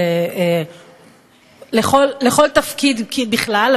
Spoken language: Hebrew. לכל תפקיד בכלל,